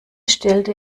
stellte